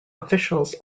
officials